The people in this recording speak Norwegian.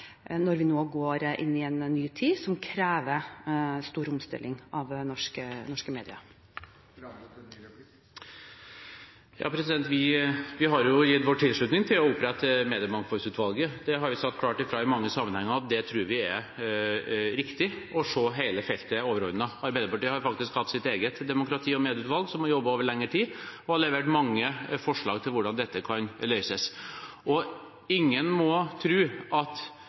Vi har gitt vår tilslutning til å opprette Mediemangfoldsutvalget. Vi har sagt klart fra i mange sammenhenger at vi tror det er riktig å se hele feltet overordnet. Arbeiderpartiet har faktisk hatt sitt eget demokrati- og medieutvalg, som har jobbet over lengre tid, og har levert mange forslag til hvordan dette kan løses. Ingen må tro at